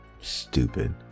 Stupid